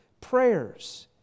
prayers